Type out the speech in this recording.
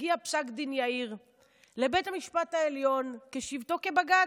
הגיע פסק דין יאיר לבית המשפט העליון בשבתו כבג"ץ.